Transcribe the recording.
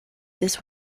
this